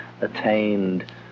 attained